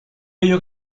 ello